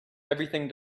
everything